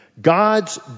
God's